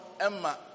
emma